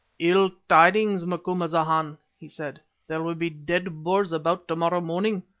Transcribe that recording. ill tidings, macumazahn, he said there will be dead boers about to-morrow morning,